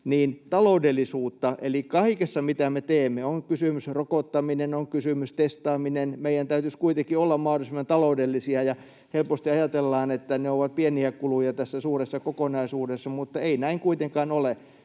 — taloudellisuus, eli kaikessa, mitä me teemme, on sitten kysymyksessä rokottaminen tai on kysymyksessä testaaminen, meidän täytyisi kuitenkin olla mahdollisimman taloudellisia. Helposti ajatellaan, että ne ovat pieniä kuluja tässä suuressa kokonaisuudessa, mutta ei näin kuitenkaan ole.